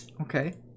Okay